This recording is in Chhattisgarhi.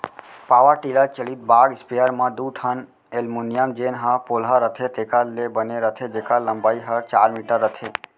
पॉवर टिलर चलित बाग स्पेयर म दू ठन एलमोनियम जेन ह पोलहा रथे तेकर ले बने रथे जेकर लंबाई हर चार मीटर रथे